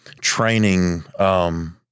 training –